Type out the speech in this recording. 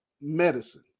medicine